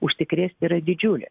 užsikrėst yra didžiulė